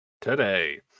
Today